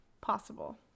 possible